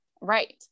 Right